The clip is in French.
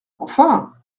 enfin